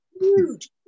huge